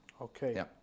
Okay